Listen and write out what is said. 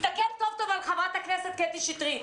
תסתכל טוב טוב אל חברת הכנסת קטי שטרית.